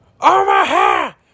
Omaha